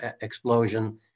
explosion